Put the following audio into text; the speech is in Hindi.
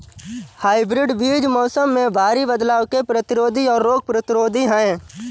हाइब्रिड बीज मौसम में भारी बदलाव के प्रतिरोधी और रोग प्रतिरोधी हैं